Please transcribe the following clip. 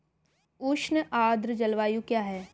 उष्ण आर्द्र जलवायु क्या है?